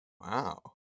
Wow